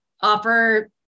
offer